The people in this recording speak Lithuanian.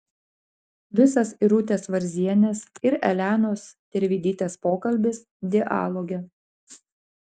visas irutės varzienės ir elenos tervidytės pokalbis dialoge